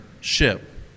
ship